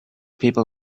people